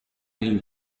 این